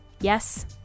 yes